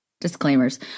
disclaimers